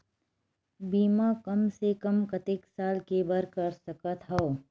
बीमा कम से कम कतेक साल के बर कर सकत हव?